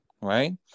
right